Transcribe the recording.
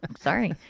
sorry